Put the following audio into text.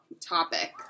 topic